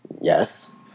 yes